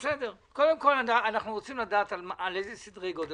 קודם כל אנחנו רוצים לדעת על איזה סדרי גודל